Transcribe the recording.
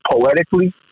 poetically